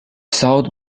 south